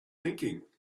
thinking